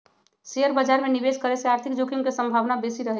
share बाजार में निवेश करे से आर्थिक जोखिम के संभावना बेशि रहइ छै